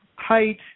height